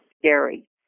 scary